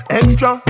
extra